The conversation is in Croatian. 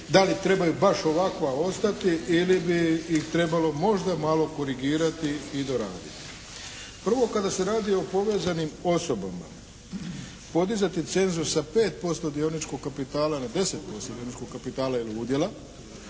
da li trebaju baš ovakva ostati ili bi ih trebalo možda malo korigirati i doraditi. Prvo kada se radi o povezanim osobama, podizati cenzus sa 5% dioničkog kapitala na 10% dioničkog kapitala ili udjela